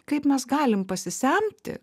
kaip mes galim pasisemti